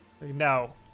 Now